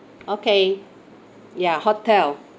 okay ya hotel